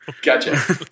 Gotcha